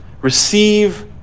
Receive